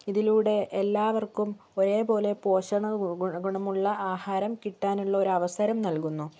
ഇതിലൂടെ എല്ലാവർക്കും ഒരേ പോലെ പോഷണഗുണമുള്ള ആഹാരം കിട്ടാനുള്ള ഒരവസരം നൽകുന്നു